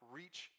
reach